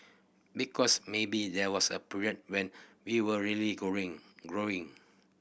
because maybe there was a period when we were really growing